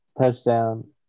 touchdown